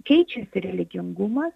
keičiasi religingumas